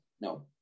no